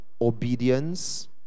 obedience